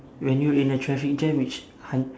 when you in a traffic jam which hu~